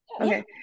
Okay